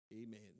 Amen